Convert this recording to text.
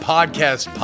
Podcast